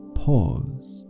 pause